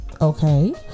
okay